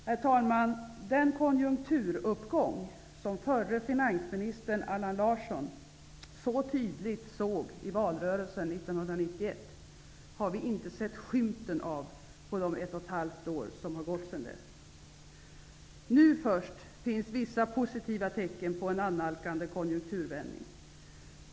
Herr talman! Den konjunkturuppgång som förre finansministern Allan Larsson så tydligt såg i valrörelsen 1991 har vi inte sett skymten av under de 18 månader som gått sedan dess. Först nu finns det vissa positiva tecken på en annalkande konjunkturvändning.